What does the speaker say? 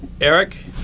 Eric